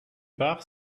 part